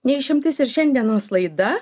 ne išimtis ir šiandienos laida